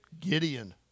Gideon